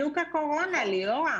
אבל זה בדיוק הקורונה, ליאורה.